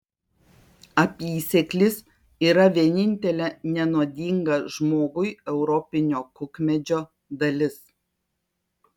apysėklis yra vienintelė nenuodinga žmogui europinio kukmedžio dalis